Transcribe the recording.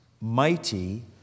mighty